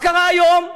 מה קרה היום?